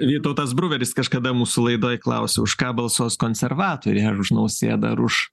vytautas bruveris kažkada mūsų laidoj klausiau už ką balsuos konservatoriai ar už nausėdą ar už